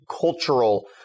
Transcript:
cultural